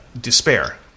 despair